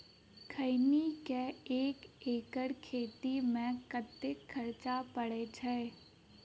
खैनी केँ एक एकड़ खेती मे कतेक खर्च परै छैय?